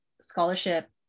scholarship